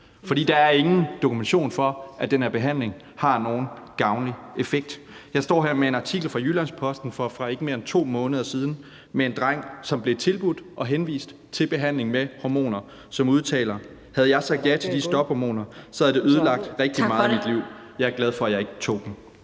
der er ingen dokumentation for, at den her behandling har nogen gavnlig effekt. Jeg står her med en artikel fra Jyllands-Posten, som ikke er mere end 2 måneder gammel, om en dreng, der blev tilbudt og henvist til behandling med hormoner, som udtaler: Havde jeg sagt ja til de stophormoner, havde det ødelagt rigtig meget af mit liv. Jeg er glad for, at jeg ikke tog dem.